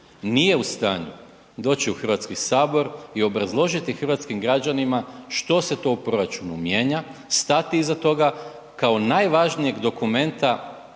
nije u stanju doći u Hrvatski sabor i obrazložiti hrvatskim građanima što se to u proračunu mijenja, stati iza toga kao najvažnijeg dokumenta